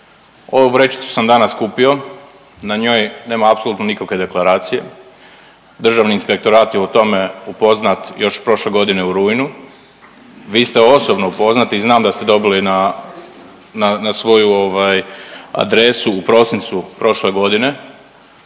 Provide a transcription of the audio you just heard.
Ovu vrećicu sam danas kupio, na njoj nema apsolutno nikakve deklaracije, Državni inspektorat je u tome upoznat još prošle godine u rujnu. Vi ste osobno upoznati i znam da ste dobili na svoju ovaj, adresu u prosincu prošle godine